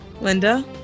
Linda